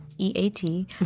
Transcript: E-A-T